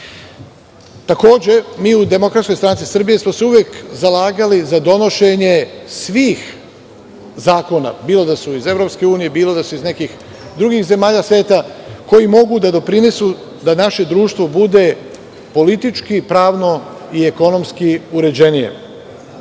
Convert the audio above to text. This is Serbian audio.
razmene Srbije. Takođe, mi u DSS smo se uvek zalagali za donošenje svih zakona, bilo da su iz EU, bilo da su iz nekih drugih zemalja sveta koji mogu da doprinesu da naše društvo bude politički, pravno i ekonomski uređenije.